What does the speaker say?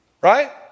Right